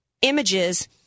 images